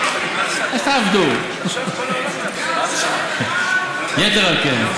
יתר על כן,